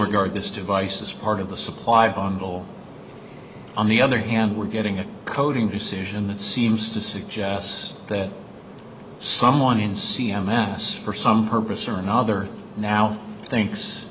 regard this device as part of the supply bungle on the other hand we're getting a coding decision that seems to suggest that someone in c m s for some purpose or another now thinks